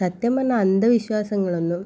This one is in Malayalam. സത്യം പറഞ്ഞാൽ അന്ധവിശ്വാസങ്ങളൊന്നും